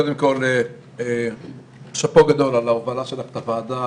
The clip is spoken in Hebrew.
קודם כול שאפו גדול על ההובלה שלך את הוועדה,